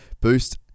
Boost